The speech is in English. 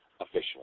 officially